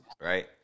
right